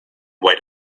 why